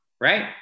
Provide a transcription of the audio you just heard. right